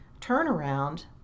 turnaround